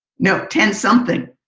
no, ten something.